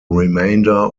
remainder